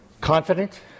Confident